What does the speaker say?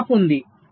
trade off ఉంది